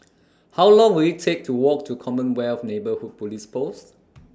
How Long Will IT Take to Walk to Commonwealth Neighbourhood Police Post